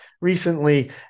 recently